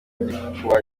gikuba